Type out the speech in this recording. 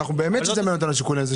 באמת שמעניין אותנו השיקול הזה,